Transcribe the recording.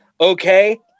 Okay